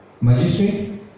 Magistrate